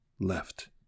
Left